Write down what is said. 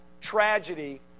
tragedy